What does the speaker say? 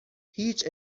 هیچ